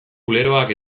kuleroak